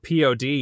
POD